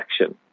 action